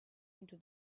into